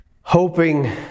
hoping